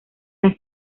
las